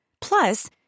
Plus